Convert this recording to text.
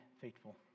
faithful